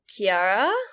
Kiara